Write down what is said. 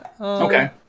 Okay